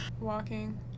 walking